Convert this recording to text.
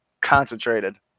concentrated